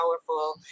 powerful